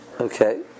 Okay